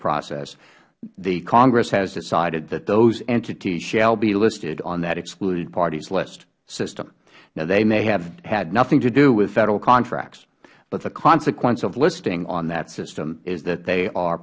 process the congress has decided that those entities shall be listed on that excluded parties list system now they may have had nothing to do with federal contracts but the consequence of listing on that system is that they are